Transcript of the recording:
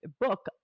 book